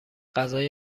غذای